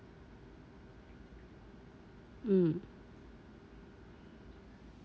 mm